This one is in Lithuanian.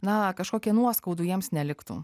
na kažkokie nuoskaudų jiems neliktų